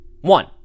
One